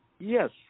yes